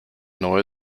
neue